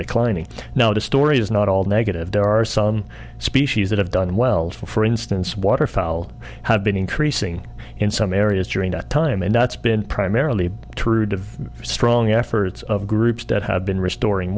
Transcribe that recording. declining now the story is not all negative there are some species that have done well for instance water fall have been increasing in some areas during that time and that's been primarily trued of strong efforts of groups that have been restoring